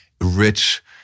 rich